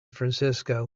francisco